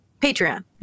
Patreon